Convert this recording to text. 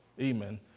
amen